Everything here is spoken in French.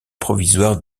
provisoire